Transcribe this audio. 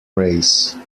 race